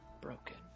broken